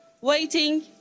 waiting